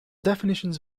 definitions